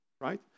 right